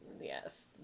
Yes